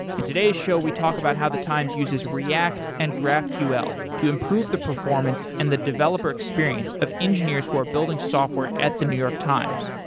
in today's show, we talk about how the times uses react and graphql to improve the performance and the developer experience of engineers who are building software at the new york times.